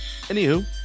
Anywho